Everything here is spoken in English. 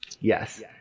Yes